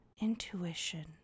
Intuition